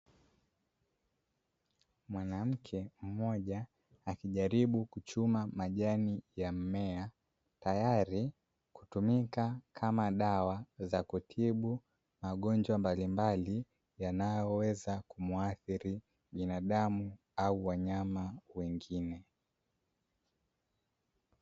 Mwanamke mmoja akijaribu kuchuma majani ya mmea tayari kutumika kama dawa ya kutibu magonjwa mbalimbali yanayoweza kumuathiri binadamu au wanyama wengine.